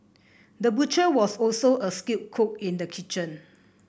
the butcher was also a skilled cook in the kitchen